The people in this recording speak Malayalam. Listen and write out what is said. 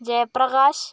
ജയപ്രകാശ്